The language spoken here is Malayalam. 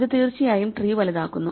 ഇത് തീർച്ചയായും ട്രീ വലുതാക്കുന്നു